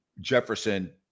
Jefferson